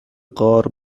غار